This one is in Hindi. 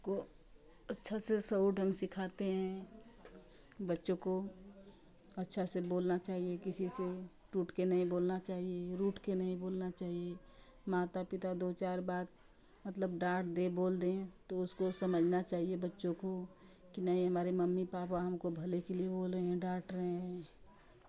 उसको अच्छा से सही ढंग सिखाते हैं बच्चों को अच्छा से बोलना चाहिए किसी से टूटकर नहीं बोलना चाहिए रूठकर नहीं बोलना चाहिए माता पिता दो चार बात मतलब डांट दे बोल दे तो उसको समझना चाहिए बच्चों को कि नहीं हमारे मम्मी पापा हमको भले के लिए बोले हैं डांट रहे हैं